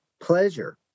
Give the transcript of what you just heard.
pleasure